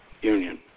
union